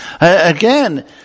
Again